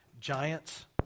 giants